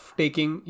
taking